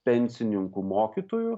pensininkų mokytojų